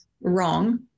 wrong